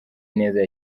ineza